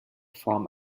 form